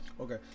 Okay